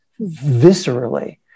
viscerally